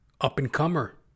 up-and-comer